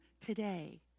today